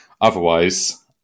otherwise